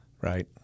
right